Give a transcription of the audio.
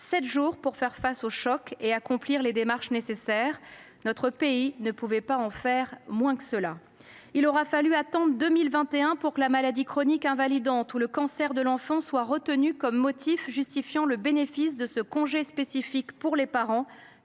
sept jours pour faire face au choc et pour accomplir les démarches nécessaires. Notre pays ne pouvait pas faire moins. Il aura fallu attendre 2021 pour que la maladie chronique invalidante ou le cancer de l’enfant soient retenus comme motifs justifiant le bénéfice de ce congé spécifique des parents,